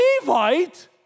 Levite